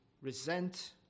resent